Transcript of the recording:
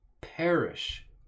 perish